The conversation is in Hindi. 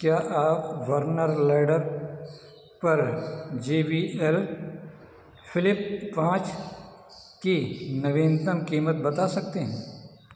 क्या आप बर्नर लैडर पर जे बी एल फ्लिप पाँच की नवीनतम कीमत बता सकते हैं